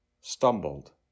Stumbled